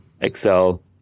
Excel